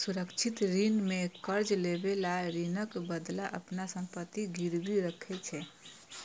सुरक्षित ऋण मे कर्ज लएबला ऋणक बदला अपन संपत्ति गिरवी राखै छै